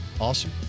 awesome